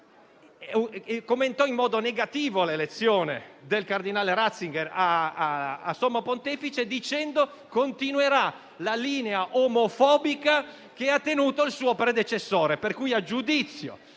commentò in modo negativo l'elezione del cardinale Ratzinger a Sommo Pontefice, dicendo che sarebbe continuata la linea omofobica tenuta dal suo predecessore. Pertanto, a giudizio